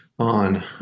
on